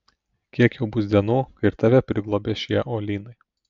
kiek jau bus dienų kai ir tave priglobė šie uolynai